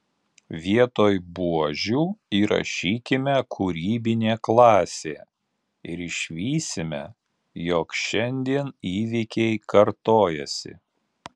vietoj buožių įrašykime kūrybinė klasė ir išvysime jog šiandien įvykiai kartojasi